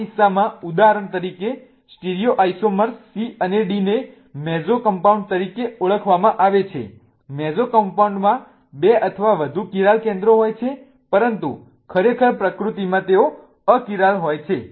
આ કિસ્સામાં ઉદાહરણ તરીકે સ્ટીરિયોઈસોમર્સ C અને D ને મેસોકમ્પાઉન્ડ તરીકે ઓળખવામાં આવે છે મેસોકમ્પાઉન્ડમાં બે અથવા વધુ કિરાલ કેન્દ્રો હોય છે પરંતુ ખરેખર પ્રકૃતિમાં અકિરાલ છે